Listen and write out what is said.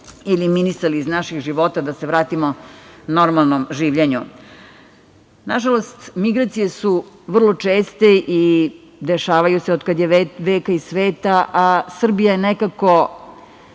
eliminisali iz naših života da se vratimo normalnom življenju. Nažalost, migracije su vrlo česte i dešavaju se od kad je sveta i veka, a Srbija je nekako